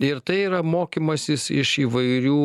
ir tai yra mokymasis iš įvairių